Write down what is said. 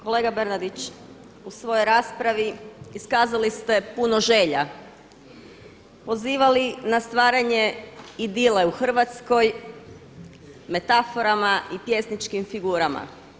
Kolega Bernardić, u svojoj raspravi iskazali ste puno želja, pozivali na stvaranje idile u Hrvatskoj metaforama i pjesničkim figurama.